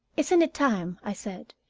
isn't it time, i said,